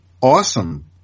awesome